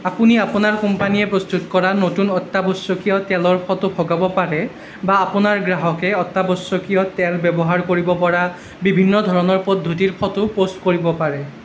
আপুনি আপোনাৰ কোম্পানীয়ে প্ৰস্তুত কৰা নতুন অত্যাৱশ্যকীয় তেলৰ ফটো ভগাব পাৰে বা আপোনাৰ গ্ৰাহকে অত্যাৱশ্যকীয় তেল ব্যৱহাৰ কৰিব পৰা বিভিন্ন ধৰণৰ পদ্ধতিৰ ফটো প'ষ্ট কৰিব পাৰে